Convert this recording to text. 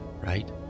right